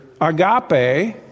agape